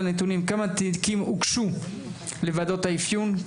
נתונים: כמה תיקים הוגשו לוועדות האפיון,